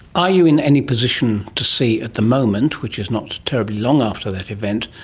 are you in any position to see at the moment, which is not terribly long after that event,